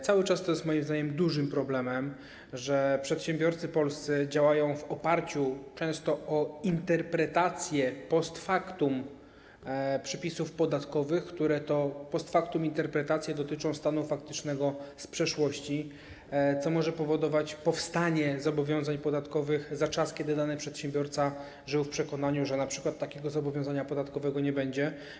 Cały czas jest, moim zdaniem, dużym problemem, że polscy przedsiębiorcy często działają w oparciu o interpretację post factum przepisów podatkowych, które to interpretacje post factum dotyczą stanu faktycznego z przeszłości, co może powodować powstanie zobowiązań podatkowych za czas, kiedy dany przedsiębiorca żył w przekonaniu, że np. takiego zobowiązania podatkowego nie będzie.